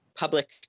public